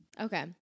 Okay